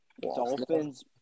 Dolphins